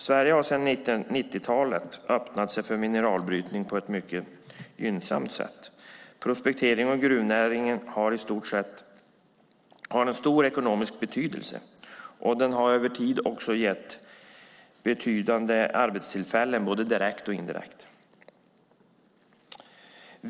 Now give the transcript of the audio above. Sverige har sedan 90-talet öppnats för mineralbrytning på ett mycket gynnsamt sätt. Prospekteringen och gruvnäringen har stor ekonomisk betydelse, och de har över tid också gett en betydande mängd arbetstillfällen - direkt och indirekt.